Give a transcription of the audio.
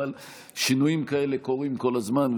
אבל שינויים כאלה קורים כל הזמן,